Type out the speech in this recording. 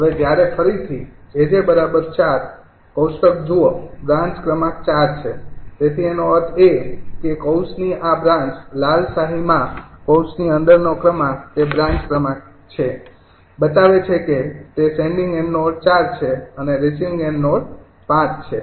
હવે જ્યારે ફરીથી 𝑗𝑗 ૪ કોષ્ટક જુઓ બ્રાન્ચ ક્રમાંક ૪ છે તેથી એનો અર્થ એ કે કૌંસની આ બ્રાન્ચ લાલ શાહીમાં કૌંસની અંદરનો ક્રમાંક તે બ્રાન્ચ ક્રમાંક છે બતાવે છે કે તે સેંડિંગ એન્ડ નોડ ૪ છે અને રિસીવિંગ એન્ડ નોડ ૫ છે